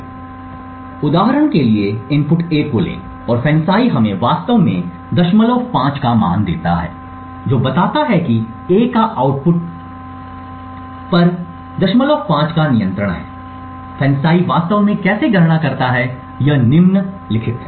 इसलिए उदाहरण के लिए इनपुट A को लें और FANCI हमें वास्तव में 05 का मान देता है जो बताता है कि A का आउटपुट पर 05 का नियंत्रण है FANCI वास्तव में कैसे गणना करता है यह निम्न द्वारा है